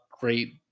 great